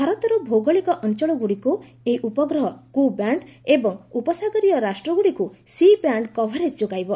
ଭାରତର ଭୌଗୋଳିକ ଅଞ୍ଚଳଗୁଡ଼ିକୁ ଏହି ଉପଗ୍ରହ କୁ ବ୍ୟାଣ୍ଡ୍ ଏବଂ ଉପସାଗରୀୟ ରାଷ୍ଟ୍ରଗୁଡ଼ିକୁ ସି ବ୍ୟାଣ୍ଡ୍ କଭରେଜ୍ ଯୋଗାଇବ